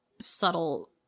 subtle